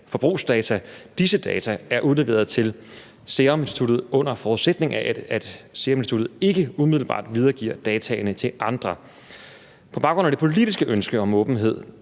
forbrugsdata. Disse data er udleveret til Seruminstituttet, under forudsætning af at Seruminstituttet ikke umiddelbart videregiver dataene til andre. På baggrund af det politiske ønske om åbenhed